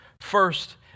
First